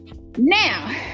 Now